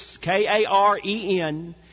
K-A-R-E-N